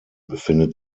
befindet